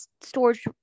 storage